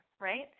right